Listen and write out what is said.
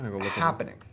happening